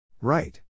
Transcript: Right